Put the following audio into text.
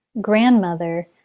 grandmother